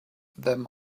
them